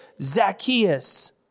Zacchaeus